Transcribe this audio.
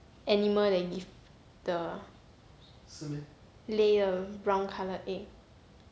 animal that give err lay a brown colour egg